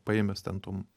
paėmęs ten tom